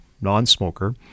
non-smoker